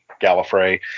Gallifrey